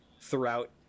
throughout